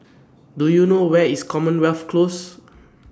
Do YOU know Where IS Commonwealth Close